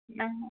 நாங்